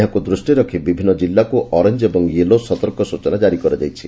ଏହାକୁ ଦୂଷ୍ଟିରେ ରଖି ବିଭିନ୍ କିଲ୍ଲାକୁ ଅରେଞ ଏବଂ ୟେଲୋ ସତର୍କ ସୂଚନା କାରି କରାଯାଇଛି